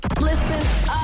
Listen